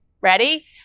Ready